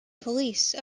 police